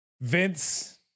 vince